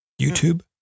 YouTube